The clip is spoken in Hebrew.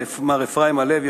למר אפרים הלוי,